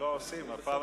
עושים את זה.